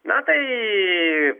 na tai